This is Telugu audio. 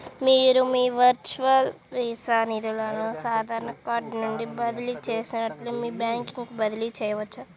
మీరు మీ వర్చువల్ వీసా నిధులను సాధారణ కార్డ్ నుండి బదిలీ చేసినట్లే మీ బ్యాంకుకు బదిలీ చేయవచ్చు